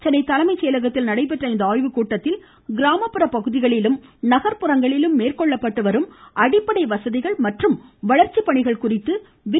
சென்னை தலைமைச் செயலகத்தில் நடைபெற்ற இந்த ஆய்வுக் கூட்டத்தில் கிராமப்புற பகுதிகளிலும் நகர்ப்புறங்களிலும் மேற்கொள்ளப்பட்டுவரும் அடிப்படை வசதிகள் மற்றும் வளர்ச்சிப்பணிகள் குறித்து இதில் விரிவாக விவாதிக்கப்பட்டது